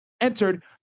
entered